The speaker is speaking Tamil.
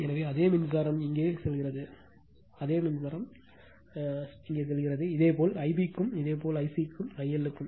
எனவே அதே மின்சாரம் இங்கே போகிறது அதே மின்சாரம் இங்கே போகிறது இதேபோல் I b க்கும் இதேபோல் I c க்கும் I L க்கும்